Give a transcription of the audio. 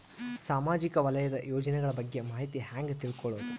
ಸಾಮಾಜಿಕ ವಲಯದ ಯೋಜನೆಗಳ ಬಗ್ಗೆ ಮಾಹಿತಿ ಹ್ಯಾಂಗ ತಿಳ್ಕೊಳ್ಳುದು?